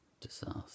disaster